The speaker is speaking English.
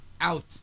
out